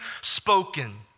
spoken